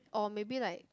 or maybe like